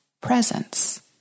presence